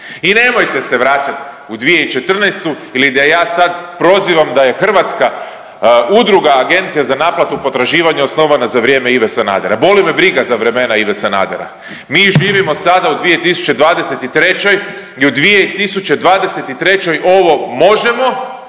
I nemojte se vraćat u 2014. i da ja sad prozivam da je Hrvatska udruga agencija za naplatu potraživanja osnovana za vrijeme Ive Sanadera, boli me briga za vremena Ive Sanadera, mi živimo sada u 2023. i u 2023. ovo možemo